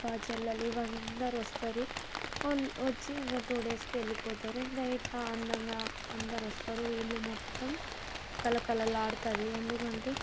అక్కాచెల్లెలు ఇవందరూ వస్తారు వచ్చి ఇంకా టూ డేస్కి వెళ్ళిపోతారు ఇంక ఇట్లా అందంగా అందరూ వస్తారు ఇల్లు మొత్తం కళకళలాడుతుంది ఎందుకంటే